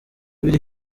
biri